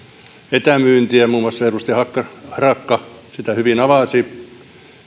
etämyyntiä muun muassa edustaja harakka sitä hyvin avasi